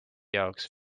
jaoks